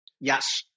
Yes